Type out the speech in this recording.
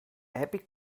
epic